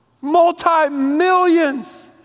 multi-millions